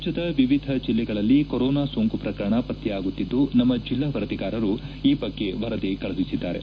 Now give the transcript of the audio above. ರಾಜ್ಯದ ವಿವಿಧ ಜಿಲ್ಲೆಗಳಲ್ಲಿ ಕೊರೊನಾ ಸೋಂಕು ಪ್ರಕರಣ ಪತ್ತೆಯಾಗುತ್ತಿದ್ದು ನಮ್ಮ ಜಿಲ್ಲಾ ವರದಿಗಾರರು ಈ ಬಗ್ಗೆ ವರದಿ ಕಳುಹಿಸಿದ್ದಾರೆ